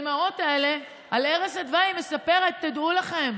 מהאימהות האלה רק על ערש דווי סיפרו: דעו לכם